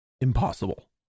impossible